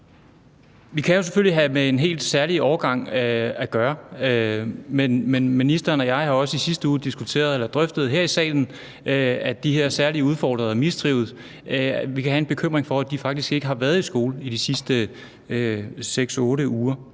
Vi kan selvfølgelig have med en helt særlig årgang at gøre, men ministeren og jeg har også i sidste uge her i salen drøftet, at i forhold til de her særligt udfordrede, som mistrives, kan vi have en bekymring for, at de faktisk ikke har været i skole i de sidste 6-8 uger.